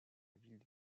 ville